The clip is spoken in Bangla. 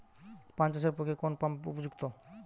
পান চাষের পক্ষে কোন পাম্প উপযুক্ত?